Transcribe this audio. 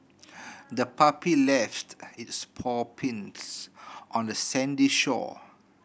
the puppy left its paw prints on the sandy shore